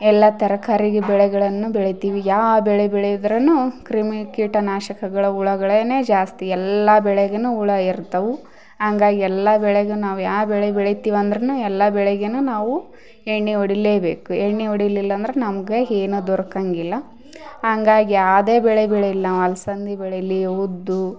ಎಲ್ಲ ತರಕಾರಿ ಬೆಳೆಗಳನ್ನು ಬೆಳಿತೀವಿ ಯಾವ ಬೆಳೆ ಬೆಳೆದರೂನು ಕ್ರಿಮಿ ಕೀಟ ನಾಶಕಗಳ ಹುಳಗಳೇನೆ ಜಾಸ್ತಿ ಎಲ್ಲ ಬೆಳೆಗೂನು ಹುಳ ಇರ್ತಾವು ಹಂಗಾಗ್ ಎಲ್ಲ ಬೆಳೆಗೂ ನಾವು ಯಾವ ಬೆಳೆ ಬೆಳಿತೀವಂದರೂನು ಎಲ್ಲ ಬೆಳೆಗುನು ನಾವು ಎಣ್ಣೆ ಹೊಡಿಲೇಬೇಕ್ ಎಣ್ಣೆ ಹೊಡಿಲಿಲ್ಲಂದರ ನಮಗ ಏನು ದೊರಕಂಗಿಲ್ಲ ಹಂಗಾಗ್ ಯಾವುದೇ ಬೆಳೆ ಬೆಳೀಲಿ ನಾವು ಅಲ್ಸಂದೆ ಬೆಳೀಲಿ ಉದ್ದು